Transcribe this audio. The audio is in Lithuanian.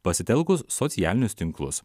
pasitelkus socialinius tinklus